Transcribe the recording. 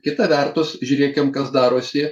kita vertus žiūrėkim kas darosi